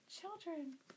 children